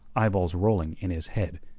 eyeballs rolling in his head,